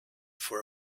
for